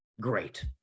great